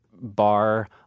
bar